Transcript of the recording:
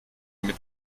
mit